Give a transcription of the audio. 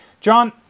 John